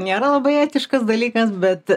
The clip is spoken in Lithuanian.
nėra labai etiškas dalykas bet